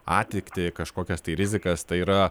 atiktį kažkokias tai rizikas tai yra